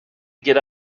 get